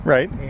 Right